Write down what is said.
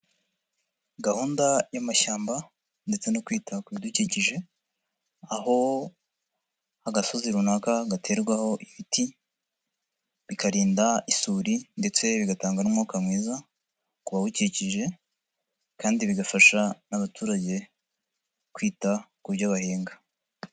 Gahunda y'amashyamba ndetse no kwita ku bidukikije, aho agasozi runaka gaterwaho ibiti bikarinda isuri ndetse bigatanga n'umwuka mwiza, kubawukikije, kandi bigafasha n'abaturage kwita ku byo bahinga.